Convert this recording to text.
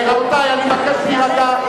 רבותי, אני מבקש להירגע.